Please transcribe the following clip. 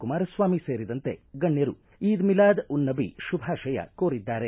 ಕುಮಾರಸ್ವಾಮಿ ಸೇರಿದಂತೆ ಗಣ್ಣರು ಈದ್ ಮಿಲಾದ್ ಉನ್ ನಬಿ ಶುಭಾಶಯ ಕೋರಿದ್ದಾರೆ